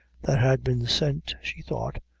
that had been sent, she thought,